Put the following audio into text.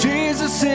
Jesus